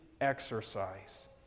exercise